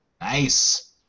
Nice